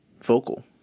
vocal